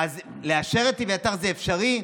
לאשר את אביתר זה אפשרי?